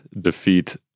defeat